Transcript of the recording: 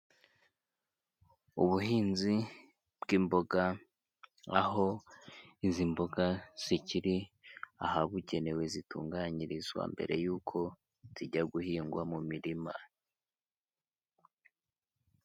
Ubuhinzi bw'imboga, aho izi mboga zikiri ahabugenewe zitunganyirizwa mbere y'uko zijya guhingwa mu mirima.